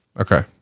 Okay